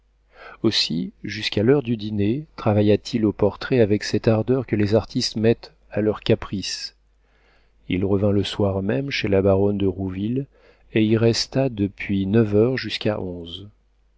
aussi jusqu'à l'heure du dîner travailla t il au portrait avec cette ardeur que les artistes mettent à leurs caprices il revint le soir même chez la baronne de rouville et y resta depuis neuf heures jusqu'à onze